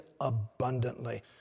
abundantly